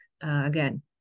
again